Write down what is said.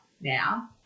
now